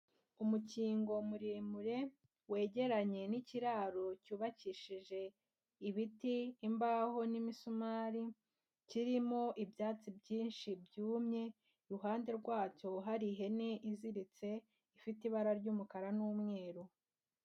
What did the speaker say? Umukingo muremure wegeranye n'ikiraro cyubakishije ibiti, imbaho n'imisumari, kirimo ibyatsi byinshi byumye, iruhande rwacyo hari ihene iziritse ifite ibara ry'umukara n'umweru.